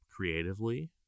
Creatively